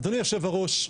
אדוני יושב הראש,